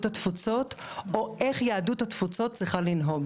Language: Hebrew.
התפוצות או איך יהדות התפוצות צריכה לנהוג.